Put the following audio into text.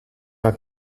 are